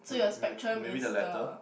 maybe the latter